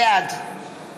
בעד